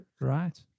right